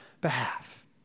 behalf